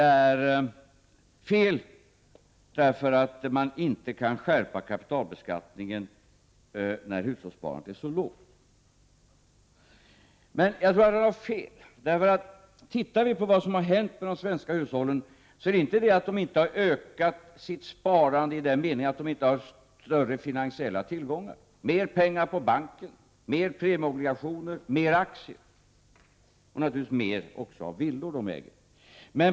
Han menar att man inte kan skärpa kapitalbeskattningen när hushållssparandet är så lågt. Men jag tror att han har fel. Ser vi på vad som har hänt med de svenska hushållen finner vi inte att de har ökat sitt sparande i den meningen att de har större finansiella tillgångar — mer pengar på banken, mer premieobligationer, mer aktier och även mer villor.